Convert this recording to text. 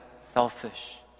selfish